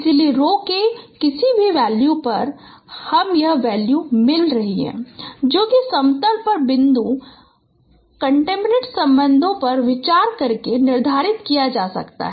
इसलिए रो के किस वैल्यू पर हमें यह वैल्यू मिल रहा है जो कि समतल पर बिंदु कन्टेनमेंट संबंधों पर विचार करके निर्धारित किया जा सकता है